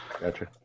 Gotcha